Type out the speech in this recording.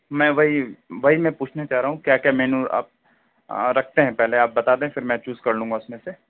میں وہی وہی میں پوچھنا چاہ رہا ہوں کیا کیا مینیو آپ رکھتے ہیں پہلے آپ بتا دیں پھر میں چوز کرلوں گا اس میں سے